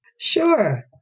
Sure